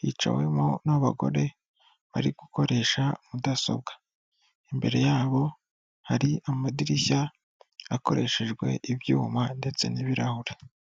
hicawemo n'abagore bari gukoresha mudasobwa, imbere yabo hari amadirishya akoreshejwe ibyuma ndetse n'ibirahure.